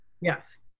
Yes